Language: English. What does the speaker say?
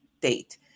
date